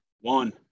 one